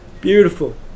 beautiful